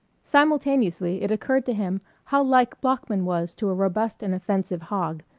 simultaneously it occurred to him how like bloeckman was to a robust and offensive hog.